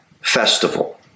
festival